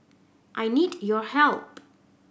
I need your help